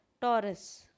Taurus